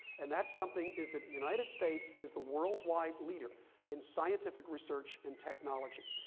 and that something is that the united states is the worldwide leader in scientific research and technology.